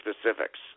specifics